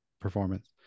performance